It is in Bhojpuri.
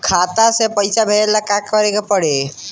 खाता से पैसा भेजे ला का करे के पड़ी?